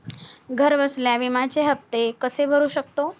घरबसल्या विम्याचे हफ्ते कसे भरू शकतो?